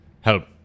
help